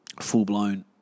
full-blown